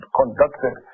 conducted